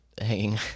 hanging